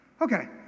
Okay